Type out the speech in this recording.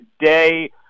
today